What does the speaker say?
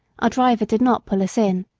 our driver did not pull us in.